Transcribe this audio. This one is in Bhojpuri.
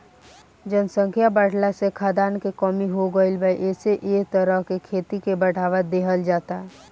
जनसंख्या बाढ़ला से खाद्यान के कमी हो गईल बा एसे एह तरह के खेती के बढ़ावा देहल जाता